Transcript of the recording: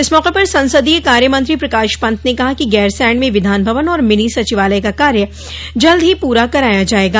इस मौके पर संसदीय कार्य मंत्री प्रकाश पंत ने कहा कि गैरसैंण में विधानभवन और मिनी सचिवालय का कार्य जल्द ही पूरा कराया जाएगा